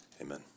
amen